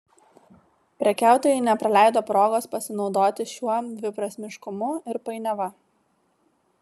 prekiautojai nepraleido progos pasinaudoti šiuo dviprasmiškumu ir painiava